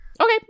Okay